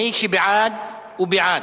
מי שבעד הוא בעד,